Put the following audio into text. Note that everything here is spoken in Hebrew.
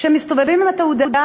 שמסתובבות עם התעודה,